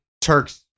Turks